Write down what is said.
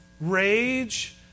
rage